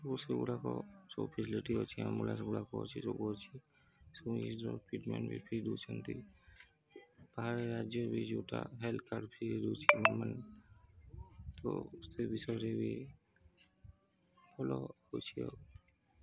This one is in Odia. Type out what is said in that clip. ସେଗୁଡ଼ାକ ଯୋଉ ଫେସିଲିଟି ଅଛି ଆମ୍ବୁଲାନ୍ସଗୁଡ଼ାକ ଅଛି ଯୋଗୁ ଅଛି ଟ୍ରିଟମେଣ୍ଟ ବି ଫ୍ରି ରହୁଛି ଓଡ଼ିଶା ରାଜ୍ୟରେ ବି ଯୋଉଟା ହେଲ୍ଥ୍ କାର୍ଡ୍ ଫ୍ରି ରହୁଛି ମାନେ ତ ସେ ବିଷୟରେ ବି ଭଲ ହେଉଛି ଆଉ